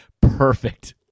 perfect